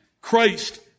Christ